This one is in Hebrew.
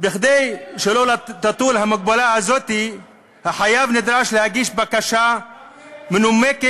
כדי שלא תוטל המגבלה הזאת החייב נדרש להגיש בקשה מנומקת,